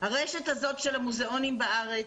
הרשת הזאת של המוזיאונים בארץ,